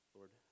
Lord